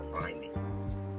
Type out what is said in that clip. finding